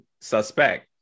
suspect